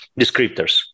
descriptors